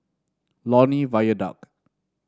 Lornie Viaduct